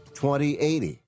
2080